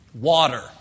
water